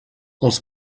els